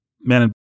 man